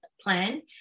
plan